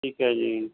ਠੀਕ ਹੈ ਜੀ